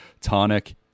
tonic